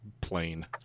plain